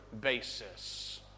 basis